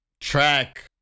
track